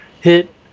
hit